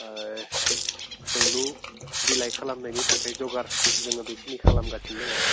सोंलु बिलाइ खालामनायनि थाखाय जगार जोङो बेखिनिखो खालामगासिनो दङ